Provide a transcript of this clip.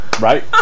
right